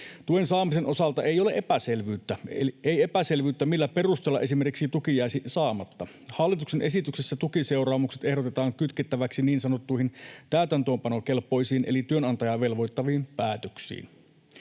Tuen saamisen osalta ei ole epäselvyyttä, millä perusteella tuki esimerkiksi jäisi saamatta. Hallituksen esityksessä tukiseuraamukset ehdotetaan kytkettäviksi niin sanottuihin täytäntöönpanokelpoisiin eli työnantajaa velvoittaviin päätöksiin.